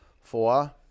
Four